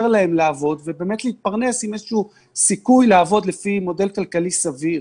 להם לעבוד ובאמת להתפרנס עם איזשהו סיכוי לעבוד לפי מודל כלכלי סביר.